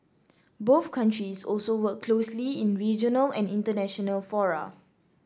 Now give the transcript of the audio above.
both countries also work closely in regional and international fora